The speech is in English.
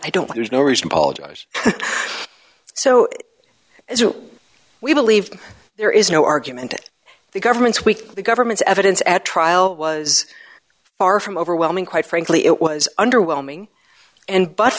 i don't there's no reason paul does so as we believe there is no argument to the government's weak the government's evidence at trial was far from overwhelming quite frankly it was underwhelming and bu